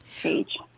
page